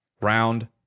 Round